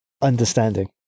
understanding